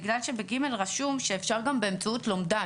בגלל שב-(ג) רשום שאפשר גם באמצעות לומדה,